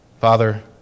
Father